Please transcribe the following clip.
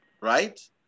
Right